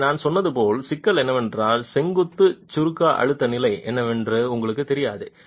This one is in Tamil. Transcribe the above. இங்கே நான் சொன்னது போல் சிக்கல் என்னவென்றால் செங்குத்து சுருக்க அழுத்த நிலை என்னவென்று உங்களுக்குத் தெரியாது